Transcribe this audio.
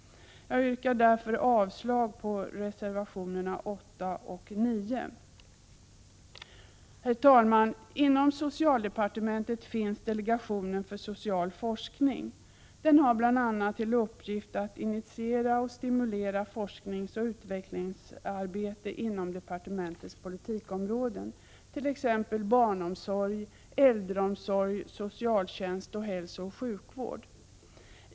Jag yrkar därför avslag på reservationerna 8 och 9. Herr talman! Inom socialdepartementet finns delegationen för social forskning. Den har bl.a. till uppgift att initiera och stimulera forskningsoch utvecklingsarbete inom departementets politikområden, t.ex. barnomsorg, äldreomsorg, socialtjänst och hälsooch sjukvård.